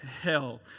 hell